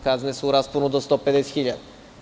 Kazne su u rasponu do 150.000.